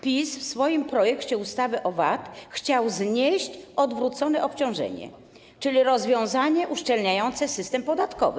PiS w swoim projekcie ustawy o VAT chciał znieść odwrócone obciążenie, czyli rozwiązanie uszczelniające system podatkowy?